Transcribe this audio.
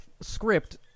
script